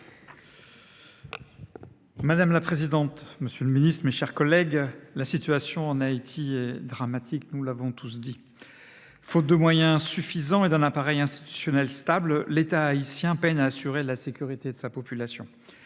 Madame la présidente, monsieur le ministre, mes chers collègues, la situation en Haïti est dramatique, nous en convenons tous. Faute de moyens suffisants et d’un appareil institutionnel stable, l’État haïtien peine à assurer la sécurité de sa population.